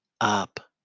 up